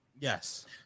Yes